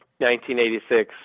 1986